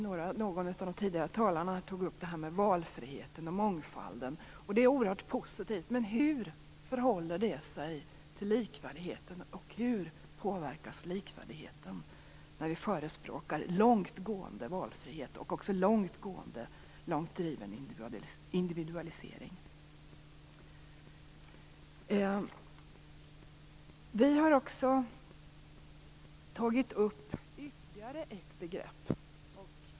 Någon av de tidigare talarna tog upp detta med valfriheten och mångfalden, och det är oerhört positivt. Men hur förhåller sig valfriheten och mångfalden till likvärdigheten och hur påverkas likvärdigheten när vi förespråkar långtgående valfrihet och också långt driven individualisering? Vi har också tagit upp ytterligare ett begrepp.